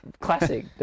Classic